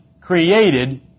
created